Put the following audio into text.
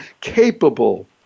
capable